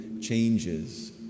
changes